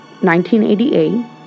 1988